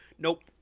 Nope